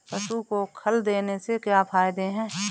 पशु को खल देने से क्या फायदे हैं?